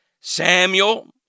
Samuel